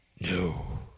No